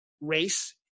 race